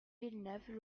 villeneuve